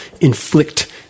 inflict